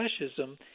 fascism